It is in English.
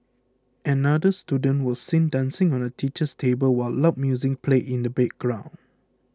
another student was seen dancing on the teacher's table while loud music played in the background